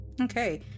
Okay